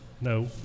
No